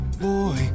boy